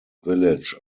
village